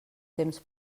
temps